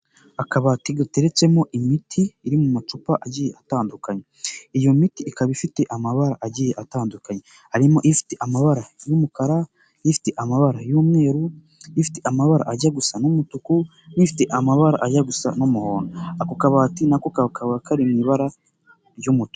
Akabati gateretsemo imiti iri mu macupa agiye atandukanye. Iyo miti ikaba ifite amabara agiye atandukanye. Harimo ifite amabara y'umukara, ifite amabara y'umweru, ifite amabara ajya gusa n'umutuku n'ifite amabara ajya gusa n'umuhondoAko kabati na ko kakaba kari mu ibara ry'umutuku.